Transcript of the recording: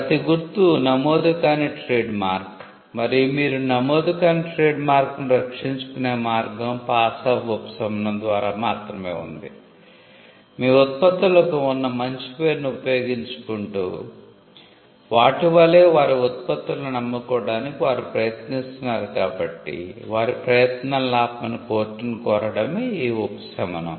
ప్రతి గుర్తు నమోదుకాని ట్రేడ్మార్క్ మరియు మీరు నమోదుకాని ట్రేడ్మార్క్ ను రక్షించుకునే మార్గం 'పాస్ ఆఫ్' ఉపశమనం ద్వారా మాత్రమే ఉంది మీ ఉత్పత్తులకు ఉన్న మంచి పేరును ఉపయోగించుకుంటూ వాటి వలే వారి ఉత్పత్తులను అమ్ముకోవడానికి వారు ప్రయత్నిస్తున్నారు కాబట్టి వారి ప్రయత్నాలను ఆపమని కోర్టును కోరడమే ఈ ఉపశమనం